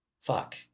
fuck